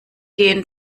gehen